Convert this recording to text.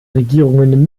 regierungen